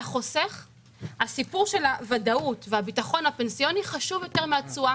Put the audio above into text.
לחוסך הסיפור של הוודאות והביטחון הפנסיוני חשוב יותר מהתשואה.